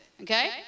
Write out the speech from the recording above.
okay